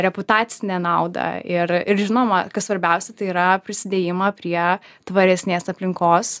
reputacinę naudą ir ir žinoma kas svarbiausia tai yra prisidėjimą prie tvaresnės aplinkos